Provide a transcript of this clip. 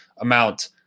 amount